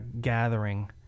gathering